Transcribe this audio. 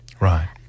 right